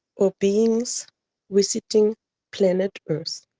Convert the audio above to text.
or beings visiting planet earth.